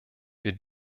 wir